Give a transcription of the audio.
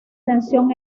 tensión